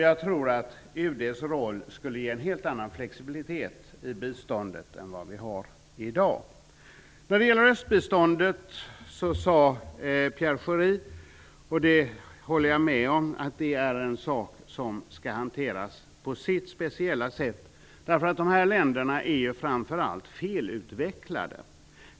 UD skulle då ge en helt annan flexibilitet i biståndet än vad vi har i dag. När det gäller östbiståndet håller jag med Pierre Schori om att det skall hanteras på sitt speciella sätt. De aktuella länderna är ju framför allt felutvecklade.